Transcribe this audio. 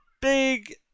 big